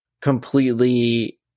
completely